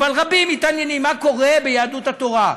אבל רבים מתעניינים מה קורה ביהדות התורה: